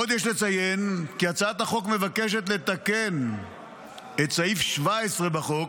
עוד יש לציין כי הצעת החוק מבקשת לתקן את סעיף 17 בחוק,